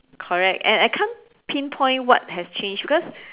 correct and I can't pinpoint what has changed because